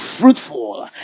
fruitful